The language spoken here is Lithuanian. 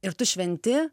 ir tu šventi